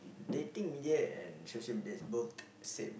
dating media and social media is both same